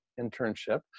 internship